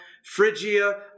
Phrygia